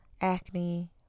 acne